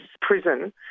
prison